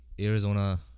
Arizona